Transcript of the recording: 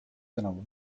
tänavu